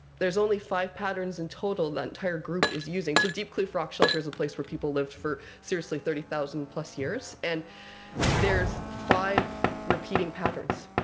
there's only five patterns in total that entire group is using. so diepkloof rock shelter is a place where people lived for, seriously, thirty thousand plus years. and there's five repeating patterns.